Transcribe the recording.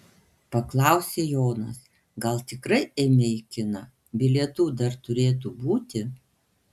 paklausė jonas gal tikrai eime į kiną bilietų dar turėtų būti